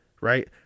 right